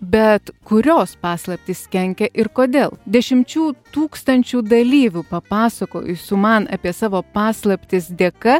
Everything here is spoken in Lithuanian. bet kurios paslaptys kenkia ir kodėl dešimčių tūkstančių dalyvių papasakojusių man apie savo paslaptis dėka